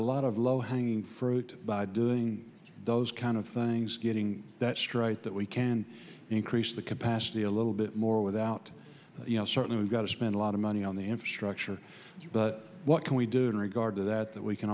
a lot of low hanging fruit by doing those kind of things getting that strike that we can increase the capacity a little bit more without you know certainly we've got to spend a lot of money on the infrastructure but what can we do in regard to that that we can